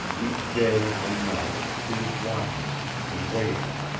each day and night she was watching and waiting.